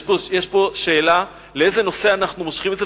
יש פה שאלה לאיזה נושא אנחנו מושכים את זה.